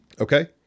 Okay